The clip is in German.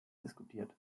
diskutiert